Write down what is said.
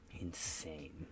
Insane